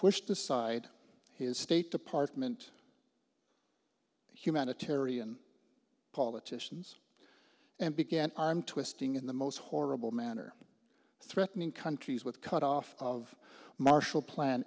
pushed aside his state department humanitarian politicians and began arm twisting in the most horrible manner threatening countries with cut off of marshall plan